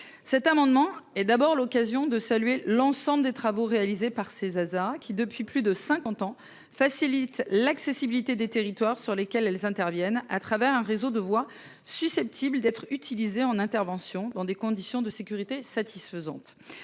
Cet amendement et d'abord l'occasion de saluer l'ensemble des travaux réalisés par ses Zaza qui depuis plus de 50 ans facilitent l'accessibilité des territoires sur lesquels elles interviennent à travers un réseau de voies susceptibles d'être utilisés en intervention dans des conditions de sécurité satisfaisantes.